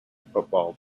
football